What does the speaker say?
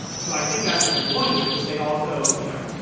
so i think that's what they're going with. but they also, you know.